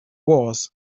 was